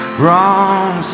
wrong